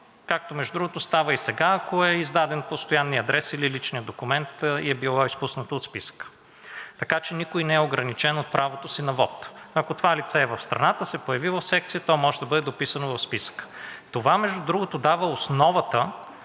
както между другото става и сега, ако е издаден постоянният адрес или личният документ, и е бил изпуснато от списъка. Така че никой не е ограничен от правото си на вот. Ако това лице е в страната и се появи в секция, то може да бъде дописано в списъка. Това, между другото, дава основата